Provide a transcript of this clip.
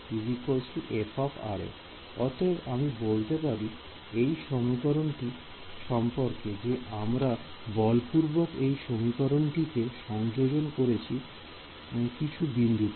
f অতএব আমি বলতে পারি এই সমীকরণটি সম্পর্কে যে আমরা বলপূর্বক এই সমীকরণটি কে সংযোজন করেছি কিছু বিন্দুতে